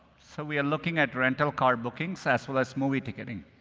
so we are looking at rental car bookings as well as movie ticketing.